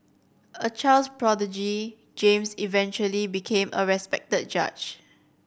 a child's prodigy James eventually became a respected judge